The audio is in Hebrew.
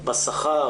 בשכר,